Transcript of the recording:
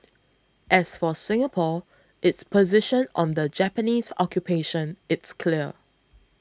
as for Singapore its position on the Japanese occupation is clear